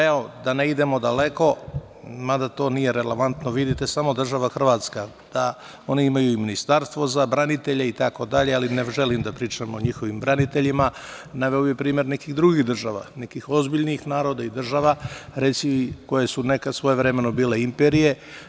Evo, da ne idemo daleko, mada to nije relevantno, vidite, država Hrvatska ima Ministarstvo za branitelje i tako dalje, ali ne želim da pričam o njihovim braniteljima, naveo bih primer nekih drugih država, nekih ozbiljnih naroda i država, koje su nekada svojevremeno bile imperije.